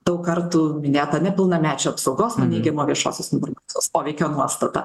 daug kartų greta nepilnamečių apsaugos nuo neigiamo viešosios informacijos poveikio nuostata